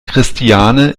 christiane